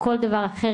כל דבר אחר.